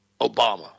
Obama